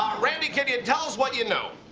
randy, can you tell us what you know?